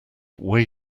way